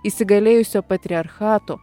įsigalėjusio patriarchato